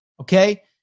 okay